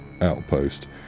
outpost